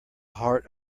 heart